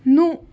نو